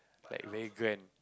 like very grand